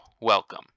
welcome